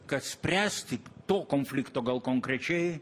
kad spręsti to konflikto gal konkrečiai